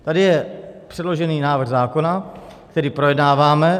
Tady je předložený návrh zákona, který projednáváme.